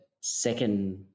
second